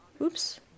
oops